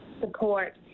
support